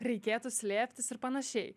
reikėtų slėptis ir panašiai